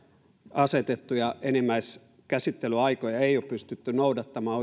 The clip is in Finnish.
asetettuja enimmäiskäsittelyaikoja ei ole pystytty noudattamaan